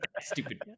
stupid